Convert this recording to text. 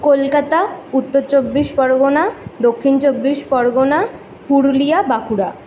Kolkata Uttar Chabbish Pargana Dakshin Chabbish Pargana Purulia Bankura